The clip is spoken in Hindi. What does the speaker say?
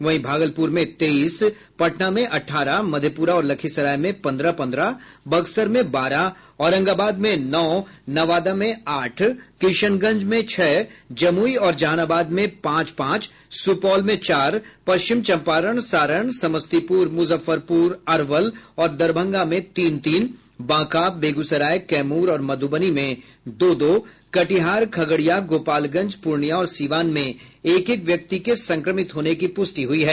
वहीं भागलपुर में तेईस पटना में अठारह मधेपुरा और लखीसराय में पन्द्रह पन्द्रह बक्सर में बारह औरंगाबाद में नौ नवादा में आठ किशनगंज में छह जमुई और जहानाबाद में पांच पांच सुपौल में चार पश्चिम चंपारण सारण समस्तीपुर मुजफ्फरपुर अरवल और दरभंगा में तीन तीन बांका बेगूसराय कैमूर और मधुबनी में दो दो कटिहार खगड़िया गोपालगंज पूर्णिया और सीवान में एक एक व्यक्ति के संक्रमित होने की पुष्टि हुई है